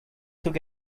took